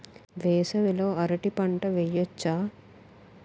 వేసవి లో అరటి పంట వెయ్యొచ్చా?